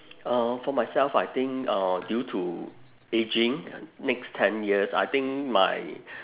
uh for myself I think uh due to ageing next ten years I think my